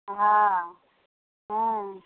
हँ हँ